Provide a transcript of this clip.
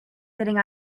sitting